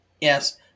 Yes